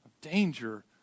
danger